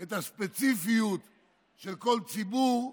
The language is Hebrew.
את הספציפיות של כל ציבור,